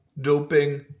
doping